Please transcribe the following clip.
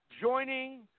joining